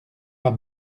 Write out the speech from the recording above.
pas